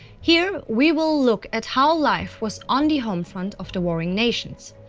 here we will look at how life was on the home front of the waring nations.